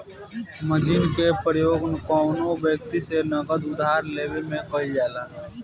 margin के प्रयोग कौनो व्यक्ति से नगद उधार लेवे में कईल जाला